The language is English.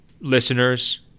listeners